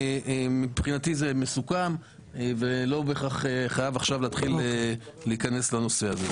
מבחינתי זה מסוכם ולא בהכרח חייב עכשיו להתחיל להיכנס לנושא הזה.